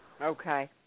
Okay